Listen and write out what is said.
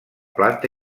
planta